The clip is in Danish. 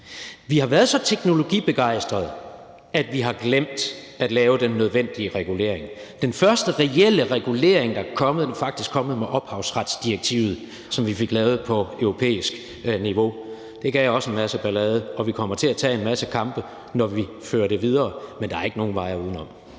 Vi har været så teknologibegejstrede, at vi har glemt at lave den nødvendige regulering. Den første reelle regulering, der er kommet, er faktisk kommet med ophavsretsdirektivet, som vi fik lavet på europæisk niveau. Det gav også en masse ballade, og vi kommer til at tage en masse kampe, når vi fører det videre. Men der er ikke nogen vej udenom.